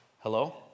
Hello